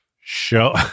show